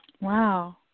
Wow